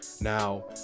Now